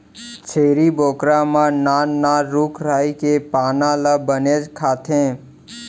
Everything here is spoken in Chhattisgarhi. छेरी बोकरा मन नान नान रूख राई के पाना ल बनेच खाथें